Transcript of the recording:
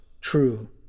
true